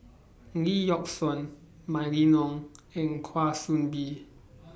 Lee Yock Suan Mylene Ong and Kwa Soon Bee